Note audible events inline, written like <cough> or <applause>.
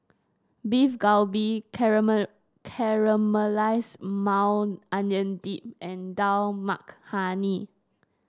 Beef Galbi <unintelligible> Caramelize Maui Onion Dip and Dal Makhani